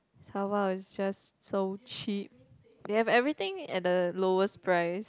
taobao is just so cheap they have everything at the lowest price